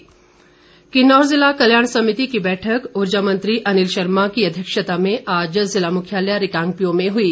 अनिल शर्मा किन्नौर जिला कल्याण समिति की बैठक उर्जा मंत्री अनिल शर्मा ने की अध्यक्षता में आज जिला मुख्यालय रिकांगपिओ में हुई